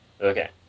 Okay